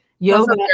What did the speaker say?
Yoga